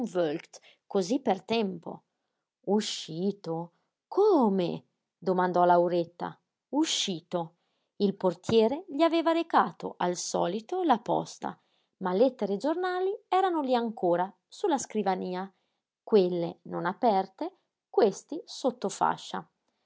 cosí per tempo uscito come domandò lauretta uscito il portiere gli aveva recato al solito la posta ma lettere e giornali erano lí ancora su la scrivania quelle non aperte questi sotto fascia